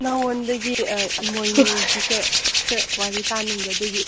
ꯅꯉꯣꯟꯗꯒꯤ ꯏꯃꯣꯏꯅꯨꯒꯤꯁꯦ ꯈꯔ ꯋꯥꯔꯤ ꯇꯥꯅꯤꯡꯕ ꯑꯗꯨꯒꯤ